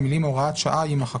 המילים "הוראת שעה" - יימחקו,